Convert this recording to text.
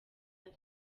ari